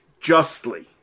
justly